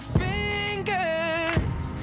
fingers